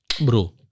bro